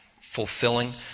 fulfilling